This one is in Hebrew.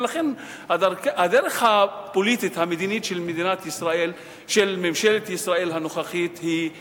ולכן הדרך הפוליטית המדינית של ממשלת ישראל הנוכחית לא